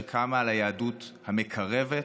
שקמה על היהדות המקרבת,